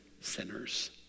sinners